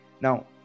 Now